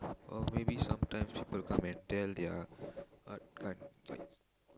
or maybe sometimes people come and tell their what